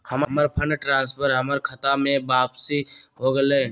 हमर fund transfer हमर खता में वापसी हो गेलय